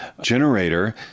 generator